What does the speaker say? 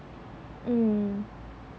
mm